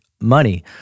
money